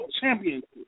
championship